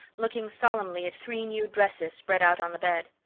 looking solemnly at three new dresses spread out on the bed.